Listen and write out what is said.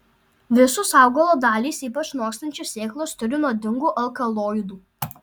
visos augalo dalys ypač nokstančios sėklos turi nuodingų alkaloidų